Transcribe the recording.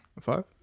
five